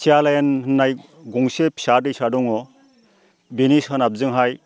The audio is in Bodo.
थियालेन होननाय गंसे फिसा दैसा दङ बेनि सोनाबजोंहाय